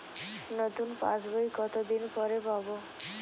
নতুন পাশ বই কত দিন পরে পাবো?